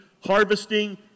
harvesting